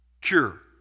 cure